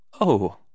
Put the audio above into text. Oh